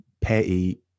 petty